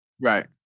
Right